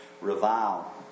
Revile